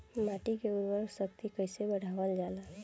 माटी के उर्वता शक्ति कइसे बढ़ावल जाला?